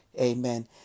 amen